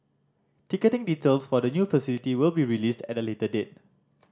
ticketing details for the new facility will be released at a later date